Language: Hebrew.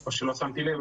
או שלא שמתי לב.